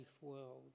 world